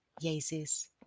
Jesus